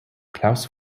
klaus